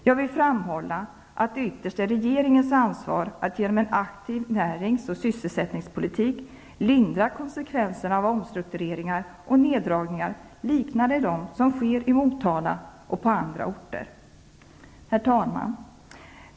Jag vill framhålla att det ytterst är regeringens ansvar att genom en aktiv närings och sysselsättningspolitik lindra konsekvenserna av omstruktureringar och nedläggningar liknande dem som sker i Motala och på andra orter. Herr talman!